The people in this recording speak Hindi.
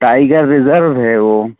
टाइगर रिजर्व है वो